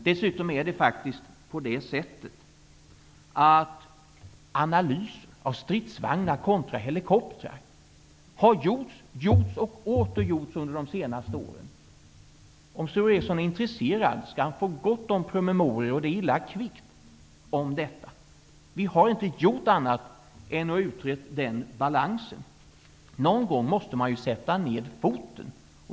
Dessutom har analyser gällande stridsvagnar kontra helikoptrar faktiskt gjorts -- även under det senaste året. Om Sture Ericson är intresserad skall han få gott om promemorior om detta -- och det illa kvickt. Vi har inte gjort annat än att utreda den balansen. Någon gång måste man ju sätta ned foten.